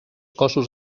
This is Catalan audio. cossos